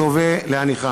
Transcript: אדוני.